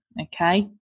Okay